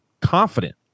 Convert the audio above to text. confident